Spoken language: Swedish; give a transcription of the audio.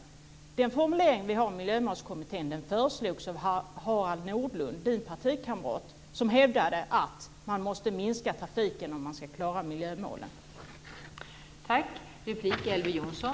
Den formulering som vi har kommit fram till i Miljömålskommittén föreslogs av Harald Nordlund, Elver Jonssons partikamrat, som hävdade att man måste minska trafiken om man ska klara miljömålen.